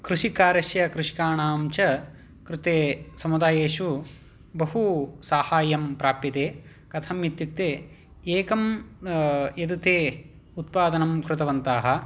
कृषिकार्यस्य कृषकाणां च कृते समुदायेषु बहु साहाय्यं प्राप्यते कथम् इत्युक्ते एकं यद् ते उत्पादनं कृतवन्तः